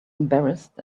embarrassed